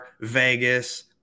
Vegas